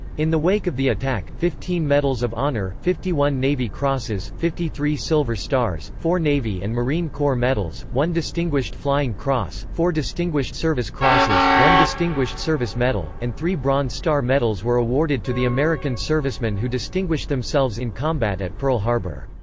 in the wake of the attack, fifteen medals of honor, fifty one navy crosses, fifty three silver stars, four navy and marine corps medals, one distinguished flying cross, four distinguished service crosses, one distinguished service medal, and three bronze star medals were awarded to the american servicemen who distinguished themselves in combat at pearl harbor.